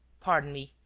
pardon me.